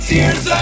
Tears